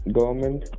Government